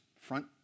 front